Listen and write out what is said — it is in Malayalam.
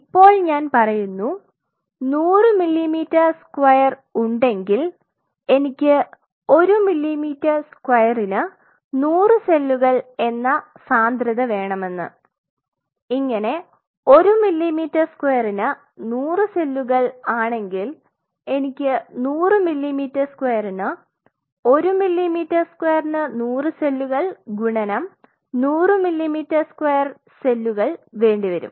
ഇപ്പോൾ ഞാൻ പറയുന്നു 100 മില്ലിമീറ്റർ സ്ക്വയർ ഉണ്ടെങ്കിൽ എനിക്ക് ഒരു മില്ലിമീറ്റർ സ്ക്വയറിന് 100 സെല്ലുകൾ എന്ന സാന്ദ്രത വേണമെന്ന് ഇങ്ങനെ ഒരു മില്ലിമീറ്റർ സ്ക്വയറിന് 100 സെല്ലുകൾ ആണെങ്കിൽ എനിക്ക് 100 മില്ലിമീറ്റർ സ്ക്വയറിന് ഒരു മില്ലിമീറ്റർ സ്ക്വയറിന് 100 സെല്ലുകൾ ഗുണനം 100 മില്ലിമീറ്റർ സ്ക്വയർ സെല്ലുകൾ വേണ്ടിവരും